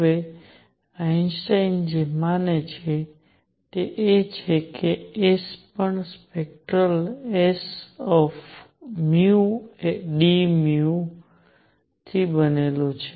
હવે આઇન્સ્ટાઇન જે માને છે તે એ છે કે S પણ સ્પેક્ટરલ sdν થી બનેલું છે